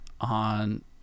on